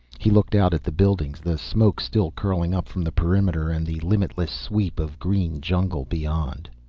he looked out at the buildings, the smoke still curling up from the perimeter, and the limitless sweep of green jungle beyond.